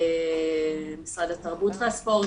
משרד התרבות והספורט,